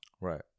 right